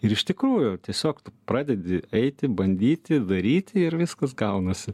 ir iš tikrųjų tiesiog pradedi eiti bandyti daryti ir viskas gaunasi